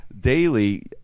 daily